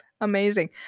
Amazing